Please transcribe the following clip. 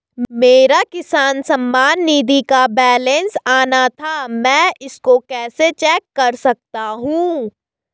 मेरा किसान सम्मान निधि का बैलेंस आना था मैं इसको कैसे चेक कर सकता हूँ?